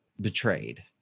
betrayed